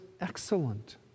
excellent